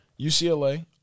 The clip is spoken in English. UCLA